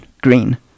green